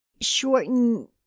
shorten